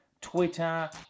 Twitter